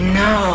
no